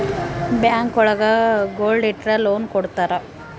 bank ಒಳಗ gold ಇಟ್ರ loan ಕೊಡ್ತಾರ